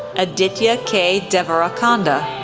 aditya k. devarakonda,